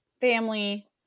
family